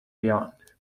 beyond